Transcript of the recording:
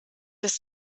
des